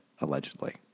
allegedly